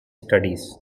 studies